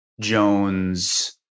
Jones